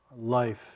life